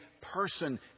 person